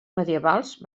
medievals